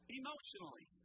emotionally